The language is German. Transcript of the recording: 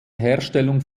herstellung